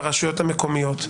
ברשויות המקומיות,